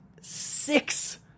six